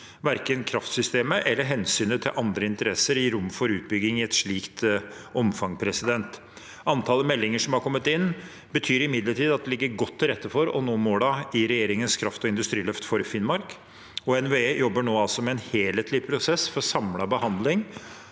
Verken kraftsystemet eller hensynet til andre interesser gir rom for utbygging i et slikt omfang. Antallet meldinger som har kommet inn, betyr imidlertid at det ligger godt til rette for å nå målene i regjeringens kraft- og industriløft for Finnmark, og NVE jobber nå altså med en helhetlig prosess for samlet behandling